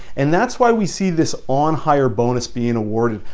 and that's why we see this on hire bonus being awarded,